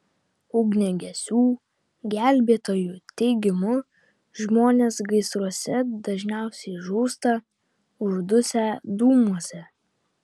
ugniagesių gelbėtojų teigimu žmonės gaisruose dažniausiai žūsta uždusę dūmuose